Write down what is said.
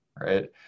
right